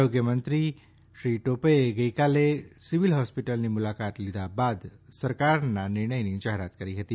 આરોગ્ય મંત્રી રાજેશ ટોપેએ ગઈકાલે સિવિલ હોસ્પિટલની મુલાકાત લીધા બાદ સરકારના નિર્ણયની જાહેરાત કરી હતી